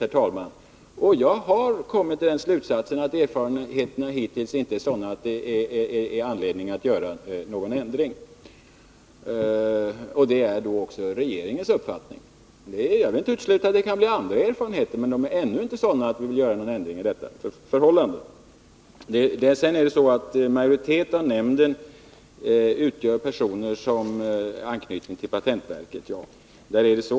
Därvid har jag kommit till den slutsatsen att erfarenheterna hittills är sådana att det inte finns anledning att vidta några ändringar. Detta är också regeringens uppfattning. Jag vill inte utesluta att vi Nr 33 kan få andra erfarenheter, men än så länge ser vi ingen anledning att vidta Tisdagen den några ändringar. 25 november 1980 Sedan förhåller det sig alltså så, att en majoritet inom nämnden utgörs av personer som har anknytning till patentverket.